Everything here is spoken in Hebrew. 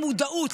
המודעות,